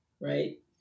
right